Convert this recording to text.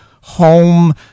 home